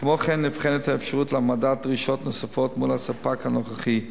כמו כן נבחנת האפשרות להעמדת דרישות נוספות מול הספק הנוכחי.